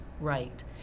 right